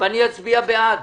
ואני אצביע בעד.